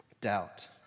doubt